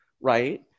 Right